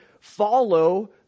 follow